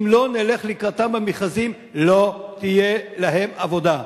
אם לא נלך לקראתם במכרזים לא תהיה להם עבודה.